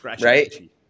right